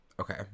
Okay